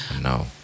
No